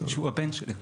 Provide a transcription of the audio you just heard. שהוא הבן שלי רגשית,